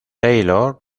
taylor